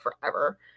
forever